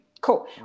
Cool